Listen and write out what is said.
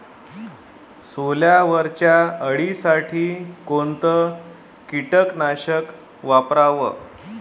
सोल्यावरच्या अळीसाठी कोनतं कीटकनाशक वापराव?